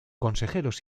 consejeros